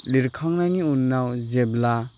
लिरखांनायनि उनाव जेब्ला